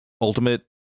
Ultimate